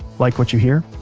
like what you hear?